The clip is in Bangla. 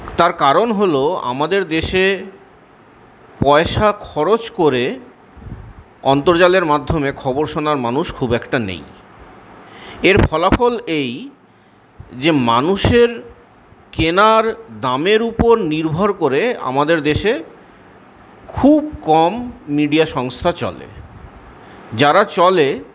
তার কারণ হল আমাদের দেশে পয়সা খরচ করে অন্তৰ্জালের মাধ্যমে খবর শোনার মানুষ খুব একটা নেই এর ফলাফল এই যে মানুষের কেনার দামের উপর নির্ভর করে আমাদের দেশে খুব কম মিডিয়া সংস্থা চলে যারা চলে